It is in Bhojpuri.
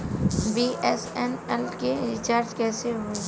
बी.एस.एन.एल के रिचार्ज कैसे होयी?